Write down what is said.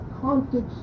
context